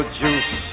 juice